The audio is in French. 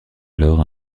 alors